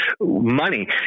money